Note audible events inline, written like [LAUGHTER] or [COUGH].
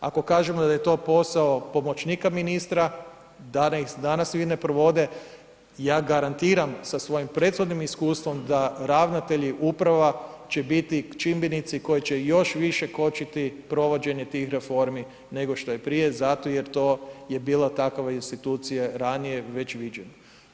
Ako kažem da je to posao pomoćnika ministra ... [UNINTELLIGIBLE] ne provode, ja garantiram sa svojim prethodnim iskustvom da ravnatelji uprava će biti čimbenici koji će još više kočiti provođenje tih reformi nego što je prije zato jer to je bila takva institucija ranije već viđena.